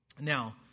Now